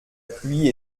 pluie